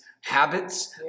habits